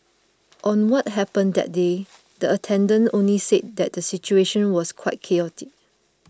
on what happened that day the attendant only said that the situation was quite chaotic